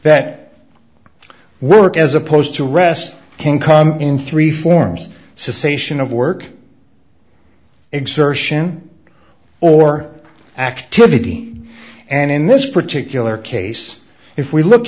that work as opposed to rest can come in three forms sation of work exertion or activity and in this particular case if we look